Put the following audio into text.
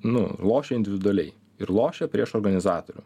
nu lošia individualiai ir lošia prieš organizatorių